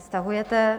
Stahujete.